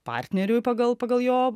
partneriui pagal pagal jo